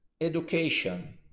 education